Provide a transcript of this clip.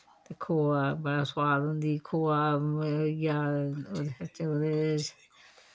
ते खोआ बड़ा सोआद होंदी खोआ एह् होइया उ'दे च उ'दे